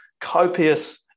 copious